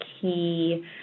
key